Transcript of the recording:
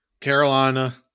Carolina